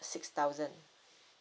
six thousand